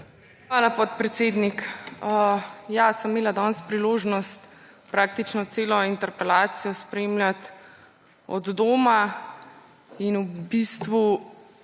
Hvala, podpredsednik. Ja, sem imela danes priložnost praktično celo interpelacijo spremljati od doma in v bistvu,